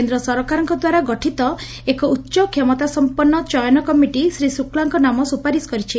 କେନ୍ଦ ସରକାରଙ୍ଦ୍ୱାରା ଗଠିତ ଏକ ଉଚ୍ଚଷମତାସମ୍ମନ୍ନ ଚୟନ କମିଟି ଶ୍ରୀ ଶୁକ୍ଲାଙ୍ ନାମ ସୁପାରିସ୍ କରିଛି